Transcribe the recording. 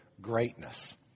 greatness